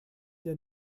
der